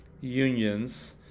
unions